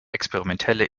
experimentelle